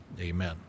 Amen